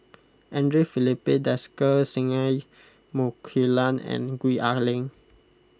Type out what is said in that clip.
andre Filipe Desker Singai Mukilan and Gwee Ah Leng